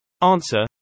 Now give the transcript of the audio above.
Answer